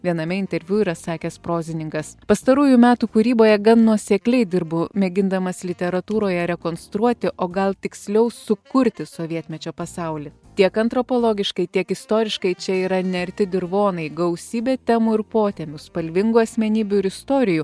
viename interviu yra sakęs prozininkas pastarųjų metų kūryboje gan nuosekliai dirbu mėgindamas literatūroje rekonstruoti o gal tiksliau sukurti sovietmečio pasaulį tiek antropologiškai tiek istoriškai čia yra nearti dirvonai gausybė temų ir potemių spalvingų asmenybių ir istorijų